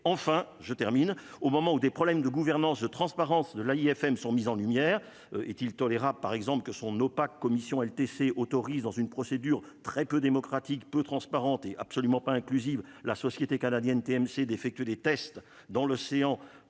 enfin, je termine au moment où des problèmes de gouvernance, de transparence, de l'AFM sont mises en lumière : est-il tolérable par exemple que son opaque commission LTC autorise dans une procédure très peu démocratique, peu transparente et absolument pas inclusive la société canadienne TMC d'effectuer des tests dans l'océan